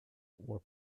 were